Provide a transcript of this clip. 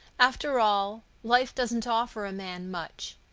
after all, life doesn't offer a man much.